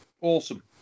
awesome